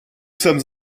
sommes